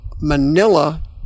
Manila